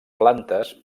plantes